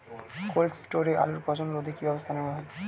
Cold স্টোরে আলুর পচন রোধে কি ব্যবস্থা নেওয়া হয়?